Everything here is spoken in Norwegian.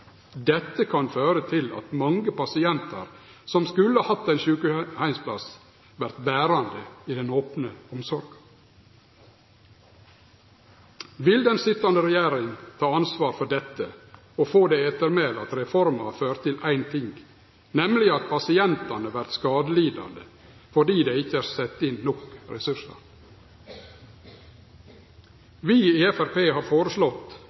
Dette kan føre til at mange pasientar som skulle hatt ein sjukeheimsplass, vert verande i den opne omsorga. Vil den sitjande regjeringa ta ansvaret for dette og få det ettermælet at reforma har ført til éin ting, nemleg at pasientane vert skadelidande fordi det ikkje vart sett inn nok ressursar? Vi i Framstegspartiet har i kommuneproposisjonen 2013 foreslått